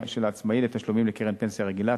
של עצמאי לתשלומים לקרן פנסיה רגילה.